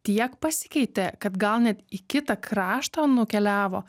tiek pasikeitė kad gal net į kitą kraštą nukeliavo